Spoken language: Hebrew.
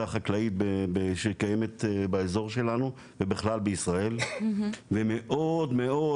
החקלאי שקיימת באזור שלנו ובכלל בישראל והם מאוד מאוד